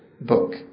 book